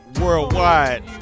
worldwide